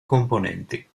componenti